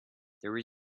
there